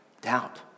Doubt